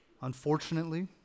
Unfortunately